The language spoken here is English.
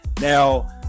now